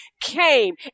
came